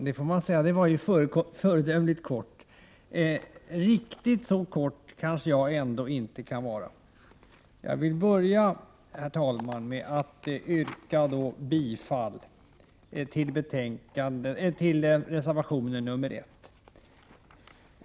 Herr talman! Paul Lestanders anförande var föredömligt kort. Jag kanske inte kan vara riktigt så kortfattad. Jag vill börja med att yrka bifall till reservation 1.